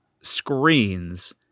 screens